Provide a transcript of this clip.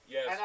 Yes